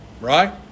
right